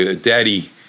Daddy